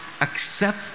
Accept